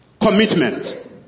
commitment